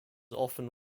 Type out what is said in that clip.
often